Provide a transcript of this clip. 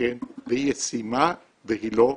והיא ישימה והיא לא יקרה.